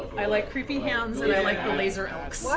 i like creepy hands, and i like the laser elks.